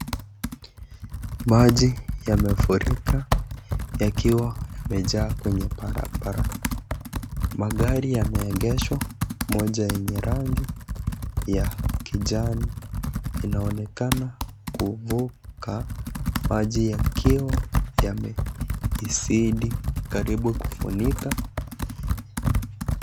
Maji yamefurika yakiwa yamejaa kwenye barabara. Magari yameegeshwa moja yenye rangi ya kijani inaoneka kuvuka maji yakiwa yamezidi karibu kufunika .